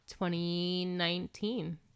2019